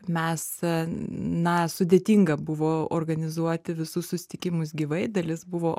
mes na sudėtinga buvo organizuoti visus susitikimus gyvai dalis buvo